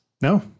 No